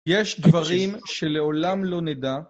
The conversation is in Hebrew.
יש דברים שלעולם לא נדע.